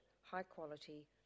high-quality